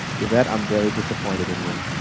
yvette, i'm very disappointed in you.